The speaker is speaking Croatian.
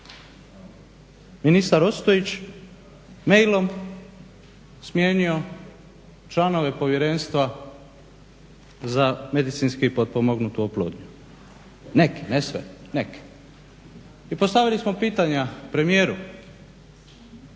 Ministar Ostojić mailom smijenio članove Povjerenstva za medicinski potpomognutu oplodnju. Neke, ne sve, neke. I postavili smo pitanja premijeru